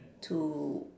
to